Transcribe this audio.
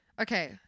Okay